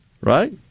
right